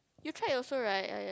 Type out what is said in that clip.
you tried also right !aiya!